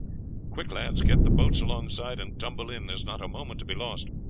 quick, lads, get the boats alongside and tumble in there is not a moment to be lost.